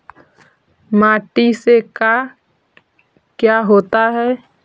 माटी से का क्या होता है?